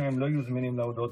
לא חמאס,